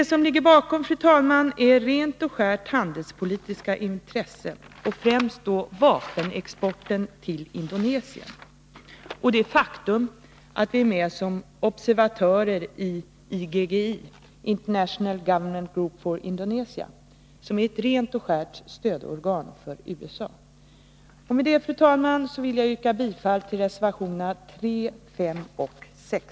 Vad som ligger bakom, fru talman, är rent och skärt handelspolitiska intressen, främst vapenexporten till Indonesien samt det faktum att vi är med som observatörer i IGGI, International Governmental Group for Indonesia, ett rent stödorgan för USA. Med det, fru talman, yrkar jag bifall till reservationerna 3, 5 och 6.